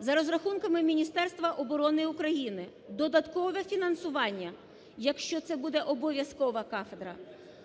За розрахунками Міністерства оборони України додаткове фінансування, якщо це буде обов'язкова кафедра,